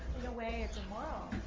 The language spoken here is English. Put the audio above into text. in a way it's a moral